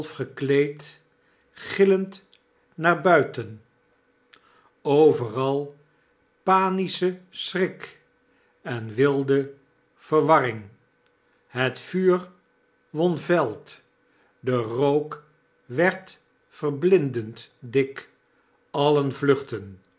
gillend naar buiten overal paniscne schrik en wilde verwarring het vuur won veld de rook werd verblindend dik alien vluchtten